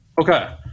Okay